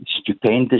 stupendous